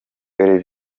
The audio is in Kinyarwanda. dore